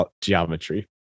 geometry